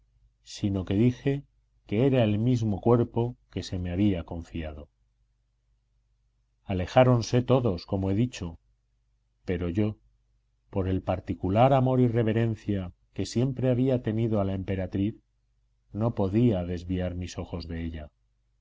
sino que dije que era el mismo cuerpo que se me había confiado alejáronse todos como he dicho pero yo por el particular amor y reverencia que siempre había tenido a la emperatriz no podía desviar mis ojos de ella